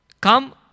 come